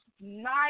nice